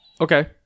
Okay